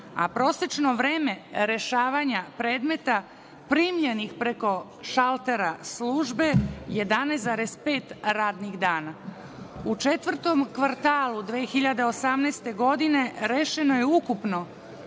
a prosečno vreme rešavanja predmeta primljenih preko šaltera službe 11,5 radnih dana.U četvrtom kvartalu 2018. godine, rešeno je ukupno